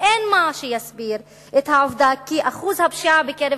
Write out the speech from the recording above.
ואין מה שיסביר את העובדה שאחוז הפשיעה בקרב